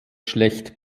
schlecht